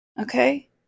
okay